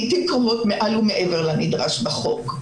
לעיתים קרובות מעל ומעבר לנדרש בחוק.